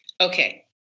Okay